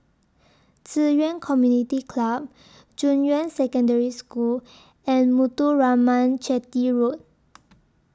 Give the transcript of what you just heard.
Ci Yuan Community Club Junyuan Secondary School and Muthuraman Chetty Road